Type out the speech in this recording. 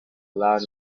loud